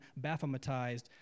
baphometized